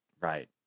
Right